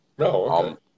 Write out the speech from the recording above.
No